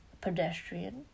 pedestrian